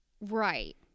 Right